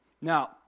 Now